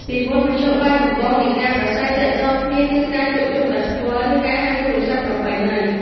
ពីមុន មធ្យោបាយចម្បងនៃការប្រាស្រ័យទាក់ទងគ្នាគឺ ការជួបជុំដោយផ្ទាល់ ឬ ការហៅទូរស័ព្ទប្រពៃណី។